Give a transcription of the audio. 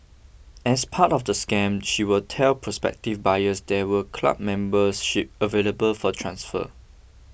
as part of the scam she would tell prospective buyers there were club memberships available for transfer